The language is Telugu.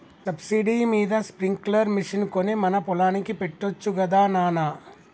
సబ్సిడీ మీద స్ప్రింక్లర్ మిషన్ కొని మన పొలానికి పెట్టొచ్చు గదా నాన